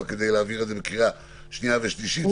כדי להעביר את זה בקריאה שנייה ושלישית.